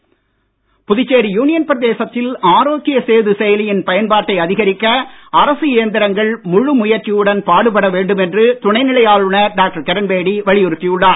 Kiran Bedi Puducherry union பிரதேசத்தில் ஆரோக்ய சேது செயலியின் பயன்பாட்டை அதிகரிக்க அரசு எந்திரங்கள் முழு முயற்சியுடன் பாடுபடவேண்டும் என்று துணைநிலை ஆளுநர் டாக்டர் கிரண்பேடி வலியுறுத்தி உள்ளார்